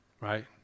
right